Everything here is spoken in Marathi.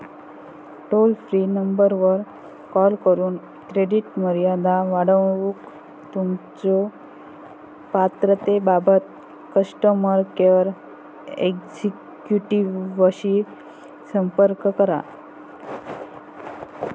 टोल फ्री नंबरवर कॉल करून क्रेडिट मर्यादा वाढवूक तुमच्यो पात्रतेबाबत कस्टमर केअर एक्झिक्युटिव्हशी संपर्क करा